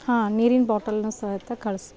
ಹಾಂ ನೀರಿನ ಬಾಟಲನ್ನ ಸಹಿತ ಕಳಿಸಿ